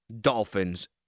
Dolphins